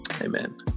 amen